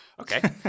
Okay